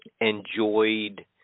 enjoyed